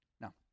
Now